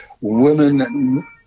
women